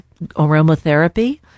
aromatherapy